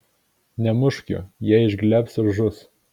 nemušk jų jie išglebs ir žus